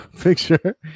picture